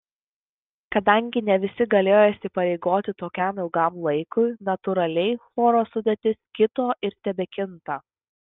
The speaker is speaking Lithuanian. kadangi ne visi galėjo įsipareigoti tokiam ilgam laikui natūraliai choro sudėtis kito ir tebekinta